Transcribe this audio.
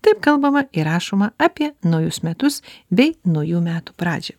taip kalbama ir rašoma apie naujus metus bei naujų metų pradžią